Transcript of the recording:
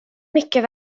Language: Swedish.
mycket